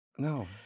No